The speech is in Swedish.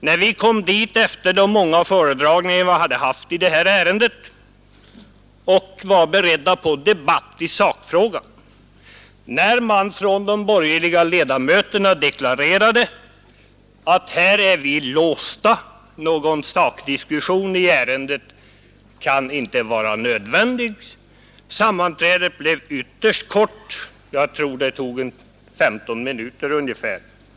När vi kom dit efter de många föredragningar vi hade haft i detta ärende och var beredda på debatt i sakfrågan deklarerades från de borgerliga ledamöternas sida: Här är vi låsta; någon sakdebatt i ärendet kan inte vara nödvändig. Sammanträdet blev ytterst kort, och jag tror att det tog ungefär 15 minuter.